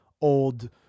old